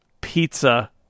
pizza